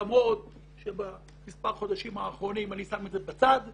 למרות שבמספר החודשים האחרונים אני שם את זה בצד.